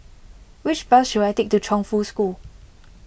which bus should I take to Chongfu School